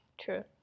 true